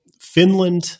Finland